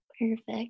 Perfect